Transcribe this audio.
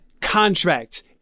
contract